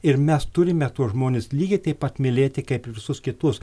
ir mes turime tuos žmones lygiai taip pat mylėti kaip ir visus kitus